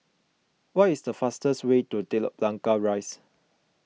what is the fastest way to Telok Blangah Rise